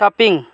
shopping